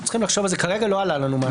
כרגע לא עלה לנו.